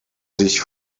sich